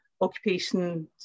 occupation